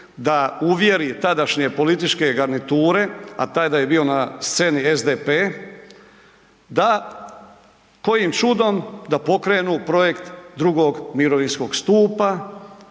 da uvjeri tadašnje političke garniture, a tada je bio na sceni SDP da kojim čudom, da pokrenu projekt II. mirovinskog stupa